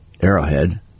Arrowhead